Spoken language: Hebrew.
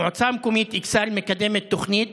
המועצה המקומית אכסאל מקדמת תוכנית